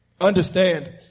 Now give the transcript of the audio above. understand